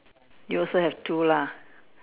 you also have two lah